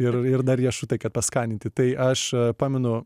ir ir dar riešutai kad paskaninti tai aš pamenu